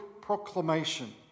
proclamation